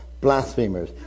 blasphemers